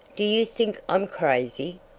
do you think i'm crazy?